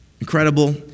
Incredible